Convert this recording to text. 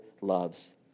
loves